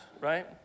right